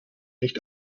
nicht